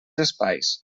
espais